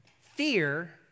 fear